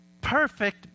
perfect